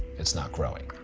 it's not growing.